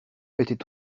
était